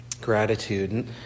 Gratitude